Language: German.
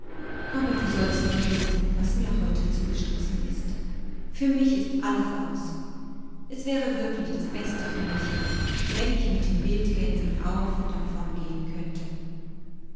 aber du sollst nur wissen was mir heute zugestoßen ist für mich ist alles aus es wäre wirklich das beste für mich wenn ich mit den wildgänsen auf unddavongehenkönnte